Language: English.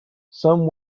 some